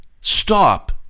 stop